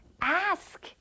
ask